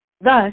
Thus